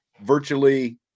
virtually